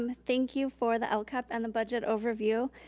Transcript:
um thank you for the lcap and the budget overview.